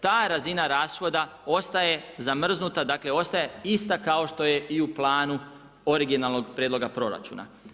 Ta razina rashoda ostaje zamrznuta, dakle, ostaje ista kao što je i u planu originalnog prijedloga proračuna.